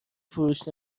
فروش